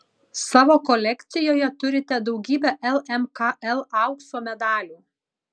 savo kolekcijoje turite daugybę lmkl aukso medalių